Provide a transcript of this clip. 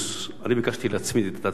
ביקשתי להצמיד את הצעת החוק שלי,